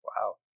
Wow